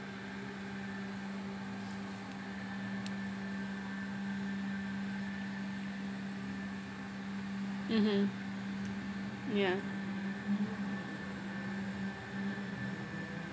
mmhmm yeah